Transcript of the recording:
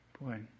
Boy